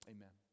Amen